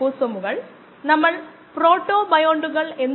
303 നെ KD log base 10 കൊണ്ട് ഹരിക്കുന്നു